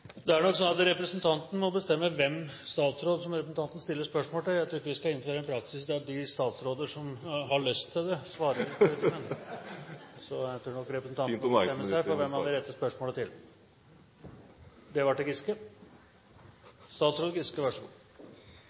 Det er nok slik at representanten må bestemme hvilken statsråd representanten stiller spørsmål til. Jeg tror ikke vi skal innføre en praksis der de statsråder som har lyst til det, svarer. Så jeg tror representanten må bestemme seg for hvem han vil rette spørsmålet til. Fint om næringsministeren vil svare. Det var til statsråd Giske.